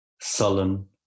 sullen